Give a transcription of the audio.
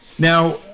Now